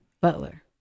Butler